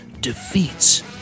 defeats